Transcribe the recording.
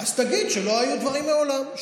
אז תגיד שלא היו דברים מעולם,